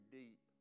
deep